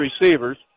receivers